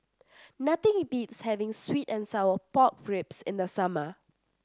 nothing beats having sweet and Sour Pork Ribs in the summer